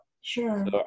Sure